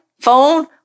phone